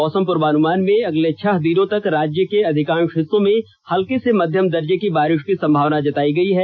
मौसम पूर्वानुमान में अगले छह दिनों तक राज्य के अधिकांष हिस्सों में हल्के से मध्यम दर्जे केी बारिष केी संभावना है